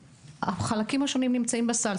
החלקים השונים נמצאים בסל,